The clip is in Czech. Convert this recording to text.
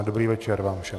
A dobrý večer vám všem.